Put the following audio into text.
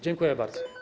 Dziękuję bardzo.